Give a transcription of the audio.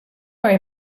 worry